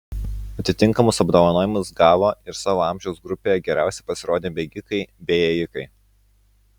atitinkamus apdovanojimus gavo ir savo amžiaus grupėje geriausiai pasirodę bėgikai bei ėjikai